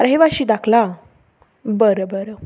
रहीवासी दाखला बरं बरं